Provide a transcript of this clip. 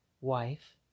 wife